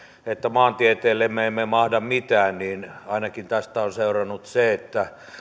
maantieteellemme emme mahda mitään mutta ainakin tästä on seurannut se että